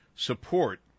support